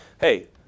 Hey